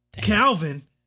Calvin